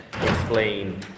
explain